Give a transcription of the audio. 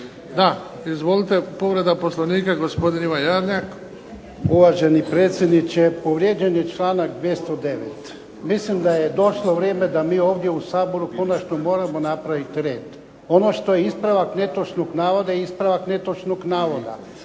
Izvolite povreda Poslovnika gospodin Ivan Jarnjak. **Jarnjak, Ivan (HDZ)** Uvaženi predsjedniče, povrijeđen je članak 209. Mislim da je došlo vrijeme da mi u ovom Saboru konačno moramo napraviti red. Ono što je ispravak netočnog navoda je ispravak netočnog navoda.